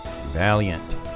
valiant